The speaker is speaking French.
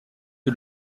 que